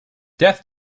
death